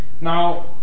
Now